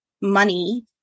money